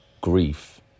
grief